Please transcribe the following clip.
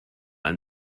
ein